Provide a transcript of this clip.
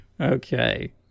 okay